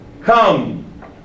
come